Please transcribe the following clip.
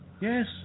Yes